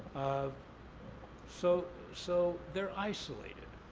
ah so so they're isolated.